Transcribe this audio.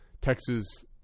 Texas